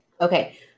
Okay